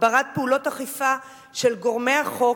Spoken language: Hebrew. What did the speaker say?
הגברת פעולות אכיפה של גורמי החוק,